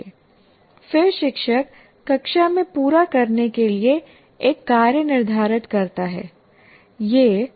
फिर शिक्षक कक्षा में पूरा करने के लिए एक कार्य निर्धारित करता है